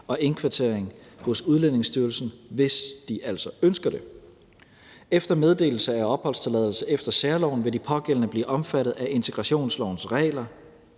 og indkvartering hos Udlændingestyrelsen, hvis de altså ønsker det. Efter meddelelse af opholdstilladelse efter særloven vil de pågældende blive omfattet af integrationslovens regler;